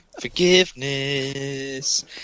forgiveness